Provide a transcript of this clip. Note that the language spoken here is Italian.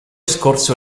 scorse